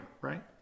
Right